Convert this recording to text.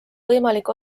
võimalik